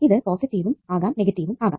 ഇത് പോസിറ്റീവും ആകാം നെഗറ്റീവും ആകാം